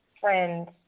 friends